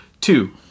Two